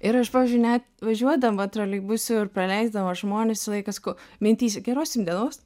ir aš pavyzdžiui net važiuodama troleibusu ir praleisdama žmones visą laiką sakau mintyse geros jum dienos